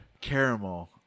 caramel